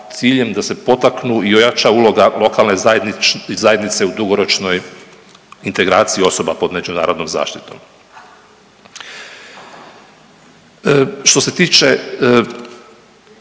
da se potaknu i ojača uloga lokalne zajednice u dugoročnoj integraciji osoba pod međunarodnom zaštitom. Što se tiče